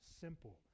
simple